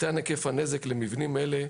יקטן היקף הנזק למבנים אלה,